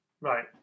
Right